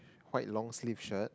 white long sleeve shirt